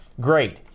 Great